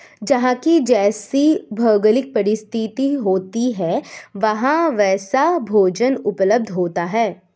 जहां की जैसी भौगोलिक परिस्थिति होती है वहां वैसा भोजन उपलब्ध होता है